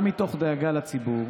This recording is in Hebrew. גם מתוך דאגה לציבור,